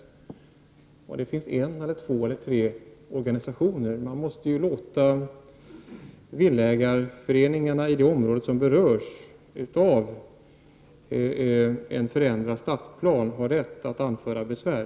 Oavsett om det finns en, två eller tre organisationer, måste man låta villaägareföre ningarna i det område som berörs av en förändrad stadsplan ha rätt att anföra besvär.